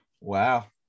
Wow